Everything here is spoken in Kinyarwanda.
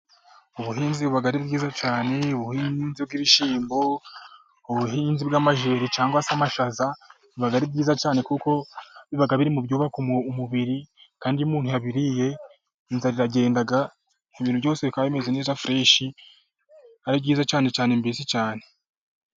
Ubuhinzi buba ari bwiza cyane, ubuhinzi bw'ibishyimbo, ubuhinzi bw'amajeri, cyangwa se amashaza. Biba ari byiza cyane kuko biri mu byubaka umubiri, kandi iyo umuntu yabiriye, inzara iragenda. Ibintu byose kandi bimeze neza fureshe, ari byiza cyane cyane mbese cyane.